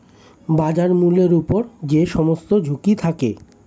বাজার মূল্যের উপর যে সমস্ত ঝুঁকি থাকে